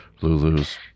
Lulu's